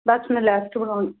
ਬਸ ਮੈਂ ਲਿਸਟ ਬਣਾਉਂਣੀ